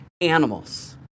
animals